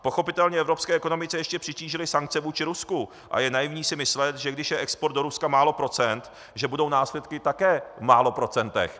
Pochopitelně evropské ekonomice ještě přitížily sankce vůči Rusku a je naivní si myslet, že když je export do Ruska málo procent, že budou následky také v málo procentech.